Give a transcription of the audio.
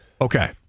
Okay